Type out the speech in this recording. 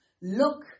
look